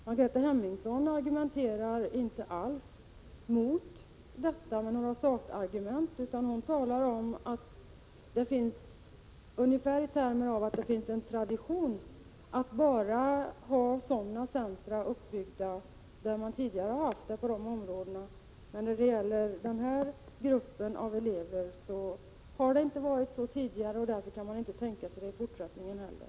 Margareta Hemmingsson använder sig inte av några sakargument när hon går emot detta utan talar i termer av att det finns en tradition att bara ha centrer av detta slag uppbyggda på de områden där det tidigare har funnits sådana. För den här gruppen av elever har man inte tidigare haft något sådant centrum, och därför kan man inte tänka sig att ha det i fortsättningen heller.